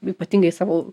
ypatingai savo